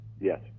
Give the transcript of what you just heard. Yes